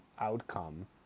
outcome